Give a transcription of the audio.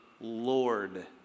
Lord